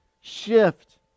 shift